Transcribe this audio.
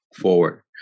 forward